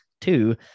Two